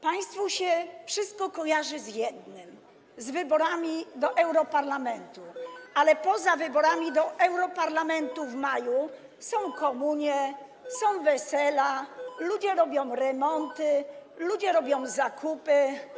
Państwu się wszystko kojarzy z jednym, z wyborami do europarlamentu, ale poza wyborami do europarlamentu w maju są komunie, są wesela, ludzie robią remonty, ludzie robią zakupy.